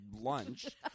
lunch